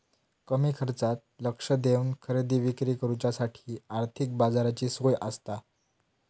कमी खर्चात लक्ष देवन खरेदी विक्री करुच्यासाठी आर्थिक बाजाराची सोय आसता